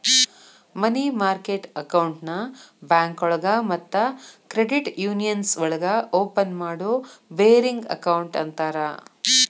ಮನಿ market ಅಕೌಂಟ್ನ ಬ್ಯಾಂಕೋಳಗ ಮತ್ತ ಕ್ರೆಡಿಟ್ ಯೂನಿಯನ್ಸ್ ಒಳಗ ಓಪನ್ ಮಾಡೋ ಬೇರಿಂಗ್ ಅಕೌಂಟ್ ಅಂತರ